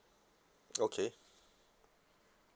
okay